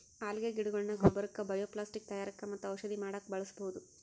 ಅಲ್ಗೆ ಗಿಡಗೊಳ್ನ ಗೊಬ್ಬರಕ್ಕ್ ಬಯೊಪ್ಲಾಸ್ಟಿಕ್ ತಯಾರಕ್ಕ್ ಮತ್ತ್ ಔಷಧಿ ಮಾಡಕ್ಕ್ ಬಳಸ್ಬಹುದ್